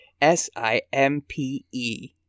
S-I-M-P-E